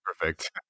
perfect